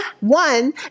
one